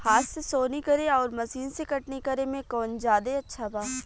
हाथ से सोहनी करे आउर मशीन से कटनी करे मे कौन जादे अच्छा बा?